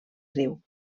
riu